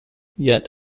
yet